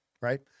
Right